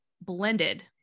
blended